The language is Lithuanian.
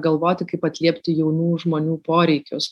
galvoti kaip atliepti jaunų žmonių poreikius